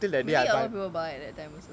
maybe a lot of buy that time also